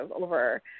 over